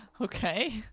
Okay